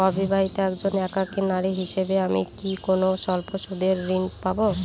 অবিবাহিতা একজন একাকী নারী হিসেবে আমি কি কোনো স্বল্প সুদের ঋণ পাব?